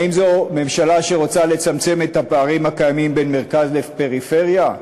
האם זו ממשלה שרוצה לצמצם את הפערים הקיימים בין מרכז לפריפריה,